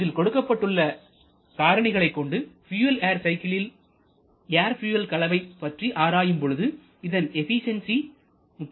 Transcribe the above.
இதில் கொடுக்கப்பட்டுள்ள காரணிகளை கொண்டு பியூயல் ஏர் சைக்கிளில் ஏர் பியூயல் கலவை பற்றி ஆராயும் பொழுது இதன் எபிசியன்சி 32